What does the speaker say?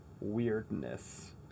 weirdness